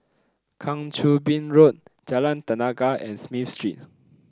Kang Choo Bin Road Jalan Tenaga and Smith Street